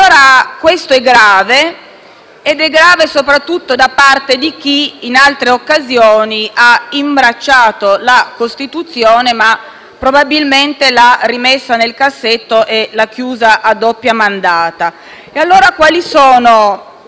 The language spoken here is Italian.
Questo è grave, soprattutto da parte di chi in altre occasioni ha imbracciato la Costituzione, ma probabilmente l'ha rimessa nel cassetto, chiudendola a doppia mandata.